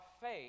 faith